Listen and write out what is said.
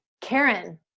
Karen